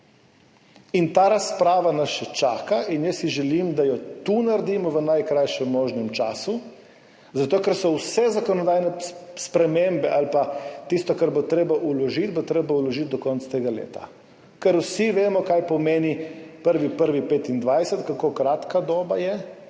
in ta razprava nas še čaka. Jaz si želim, da jo tu naredimo v najkrajšem možnem času, zato ker bo vse zakonodajne spremembe ali pa tisto, kar bo treba vložiti, treba vložiti do konca tega leta. Ker vsi vemo, kaj pomeni 1. 1. 2025, kako kratka doba je.